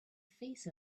face